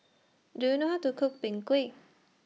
Do YOU know How to Cook Png Kueh